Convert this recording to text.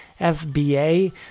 FBA